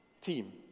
Team